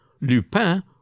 Lupin